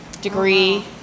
degree